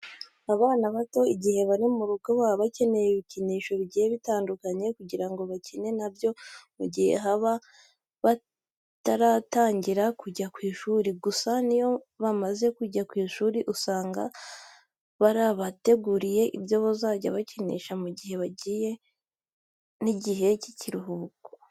Abana batoya igihe bari mu rugo baba bakeneye ibikinisho bigiye bitandukanye kugira ngo bakine na byo mu gihe baba bataratangira kujya ku ishuri. Gusa n'iyo bamaze kujya ku ishuri usanga barabateguriye ibyo bazajya bakinisha mu gihe bagiye mu gihe cy'akaruhuko.